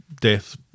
death